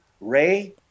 Ray